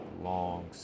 long